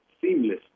Seamless